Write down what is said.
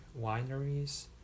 wineries